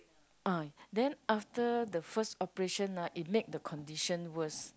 ah then after the first operation ah it make the condition worse